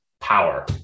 power